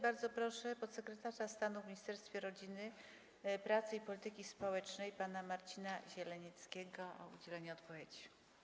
Bardzo proszę podsekretarza stanu w Ministerstwie Rodziny, Pracy i Polityki Społecznej pana Marcina Zielenieckiego o udzielenie odpowiedzi.